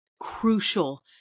crucial